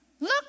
Look